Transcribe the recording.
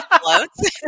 floats